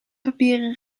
papieren